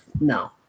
no